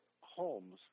homes